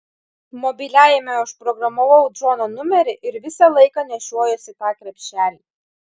mobiliajame užprogramavau džono numerį ir visą laiką nešiojuosi tą krepšelį